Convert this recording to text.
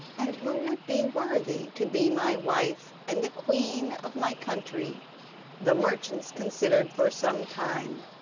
and who would be worthy to be my wife and the queen of my country the merchants considered for some time.